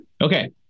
Okay